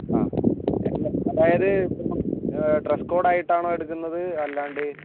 ആ അതായത് ഈ ഡ്രസ്സ് കോഡായിട്ടാണോ എടുക്കുന്നത് അല്ലാണ്ട്